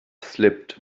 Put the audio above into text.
slipped